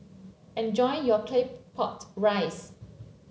enjoy your Claypot Rice